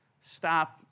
stop